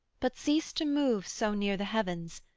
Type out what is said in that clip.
but cease to move so near the heavens,